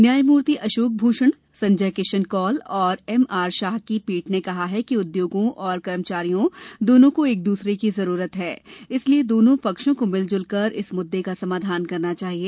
न्यायमूर्ति अशोक भूषण संजय किशन कौल और M R Shah की पीठ ने कहा कि उदयोगों और कर्मचारियों दोनों को एक दूसरे की जरूरत है इसलिए दोनों पक्षों को मिलजुल कर इस मुद्दे का समाधान करना चाहिए